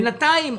בינתיים,